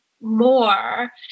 more